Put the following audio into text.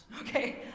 okay